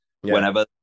whenever